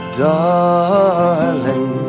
darling